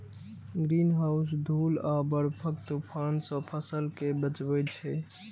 greenhouse धूल आ बर्फक तूफान सं फसल कें बचबै छै